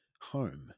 home